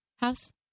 house